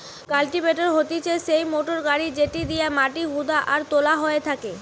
cultivator হতিছে সেই motor গাড়ি যেটি দিয়া মাটি হুদা আর তোলা হয় থাকে